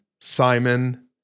Simon